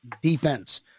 defense